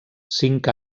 cinc